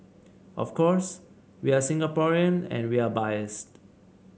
of course we are Singaporean and we are biased